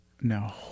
No